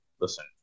listen